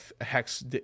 Hex